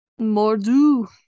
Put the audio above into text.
Mordu